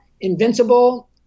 Invincible